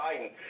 Biden